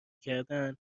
کردن